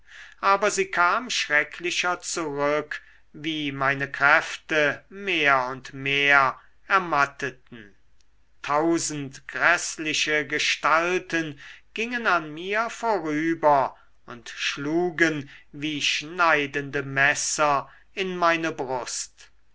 aber sie kam schrecklicher zurück wie meine kräfte mehr und mehr ermatteten tausend gräßliche gestalten gingen an mir vorüber und schlugen wie schneidende messer in meine brust